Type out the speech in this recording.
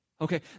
okay